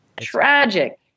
Tragic